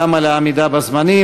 גם על העמידה בזמנים.